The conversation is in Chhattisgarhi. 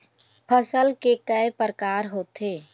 फसल के कय प्रकार होथे?